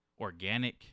Organic